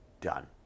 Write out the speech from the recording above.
done